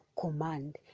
command